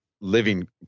living